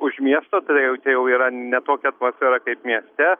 už miesto tai jau tai jau yra ne tokia atmosfera kaip mieste